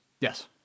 Yes